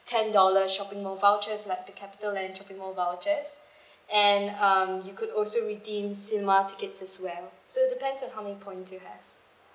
ten dollar shopping mall vouchers like the capitaland shopping mall vouchers and um you could also redeem cinema tickets as well so depends on how many points you have